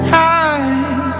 high